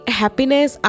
happiness